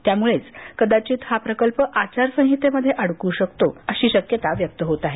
त्यामुळे कदाचित हा प्रकल्प आचारसंहितेमध्ये अडकू शकतो अशी शक्यता व्यक्त होत आहे